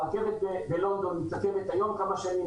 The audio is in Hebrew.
הרכבת בלונדון מתעכבת היום כמה שנים.